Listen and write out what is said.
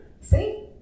See